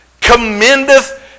commendeth